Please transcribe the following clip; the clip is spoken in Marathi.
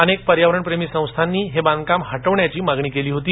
अनेक पर्यावरण प्रेमी संस्थांनी हे बांधकाम हटवण्याची मागणी केली होती